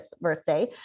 birthday